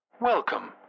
Welcome